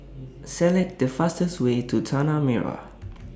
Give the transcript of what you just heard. Select The fastest Way to Tanah Merah